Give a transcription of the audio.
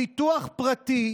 גברתי,